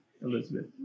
Elizabeth